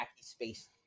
space